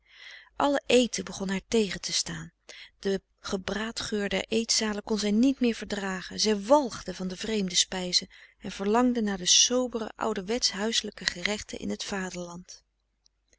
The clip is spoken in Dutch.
alle eten begon haar tegen te staan den gebraadgeur der eetzalen kon zij niet meer verdragen zij walgde van de vreemde spijzen en verlangde naar de sobere ouderwets huiselijke gerechten in t vaderland